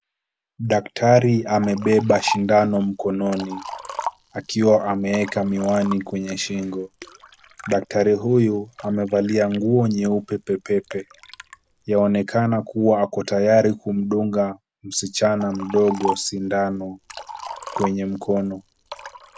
Daktari amebeba sindano mkononi, akiwa ameeka miwani kwenye shingo. Daktari huyu amevalia nguo nyeupe pe pe pe. Yaonekana kuwa ako tayari kumdunga, msichana mdogo sindano kwenye mkono.